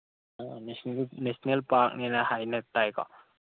ꯑꯥ national ꯄꯥꯛꯅꯦꯅ ꯍꯥꯏꯅ ꯇꯥꯏꯀꯣ